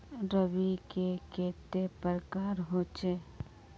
रवि के कते प्रकार होचे?